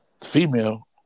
female